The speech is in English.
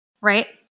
right